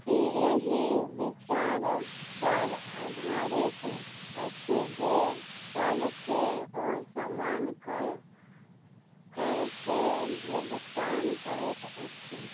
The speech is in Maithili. ई एहि विचारपर आधारित अछि जे सभकेँ असमान कर करके भुगतान करैत अछि